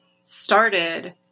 started